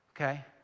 Okay